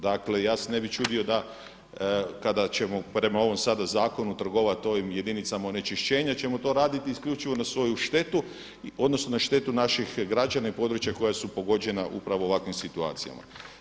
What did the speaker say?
Dakle ja se ne bi čudio da kada ćemo prema ovom sada zakonu trgovati ovim jedinicama onečišćenja ćemo to raditi isključivo na svoju štetu odnosno na štetu naših građana i područja koja su pogođena upravo ovakvim situacijama.